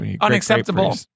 unacceptable